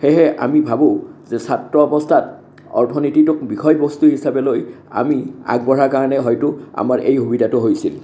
সেয়েহে আমি ভাবোঁ যে ছাত্ৰ অৱস্থাত অৰ্থনীতিটোক বিষয়বস্তু হিচাপে লৈ আমি আগবঢ়াৰ কাৰণে হয়তো আমাৰ এই সুবিধাটো হৈছিল